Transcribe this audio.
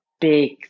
big